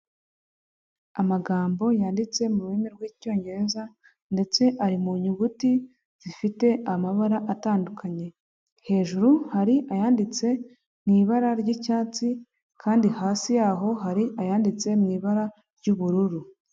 Amagambo yanditse mu rurimi rw'icyongereza ndetse ari mu nyuguti zifite amabara atandukanye. Hejuru hari ayanditse mu ibara ry'icyatsi kandi hasi yaho hari ayanditse mu ibara ry'ubururu.